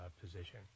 position